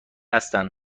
هستند